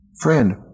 Friend